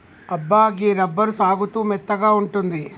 అబ్బా గీ రబ్బరు సాగుతూ మెత్తగా ఉంటుంది